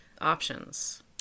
options